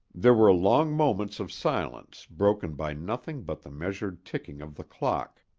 there were long moments of silence broken by nothing but the measured ticking of the clock,